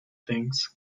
things